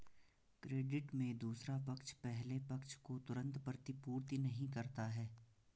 credit में दूसरा पक्ष पहले पक्ष को तुरंत प्रतिपूर्ति नहीं करता है